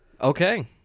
Okay